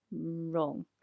Wrong